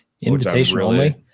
Invitation-only